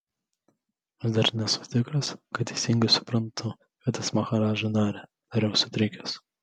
vis dar nesu tikras kad teisingai suprantu ką tas maharadža darė tariau sutrikęs